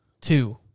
Two